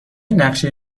نقشه